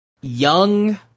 young